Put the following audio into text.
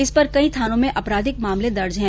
इस पर कई थानों में आपराधिक मामले दर्ज है